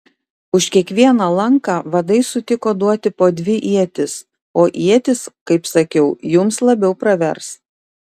už kiekvieną lanką vadai sutiko duoti po dvi ietis o ietys kaip sakiau jums labiau pravers